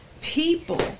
people